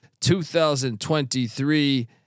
2023